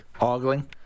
Ogling